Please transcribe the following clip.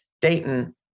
Dayton